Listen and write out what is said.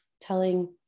telling